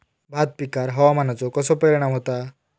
भात पिकांर हवामानाचो कसो परिणाम होता?